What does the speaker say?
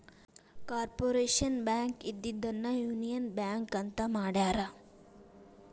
corporation Bank ಇದ್ದಿದ್ದನ್ನ Union Bank ಅಂತ ಮಾಡ್ಯಾರ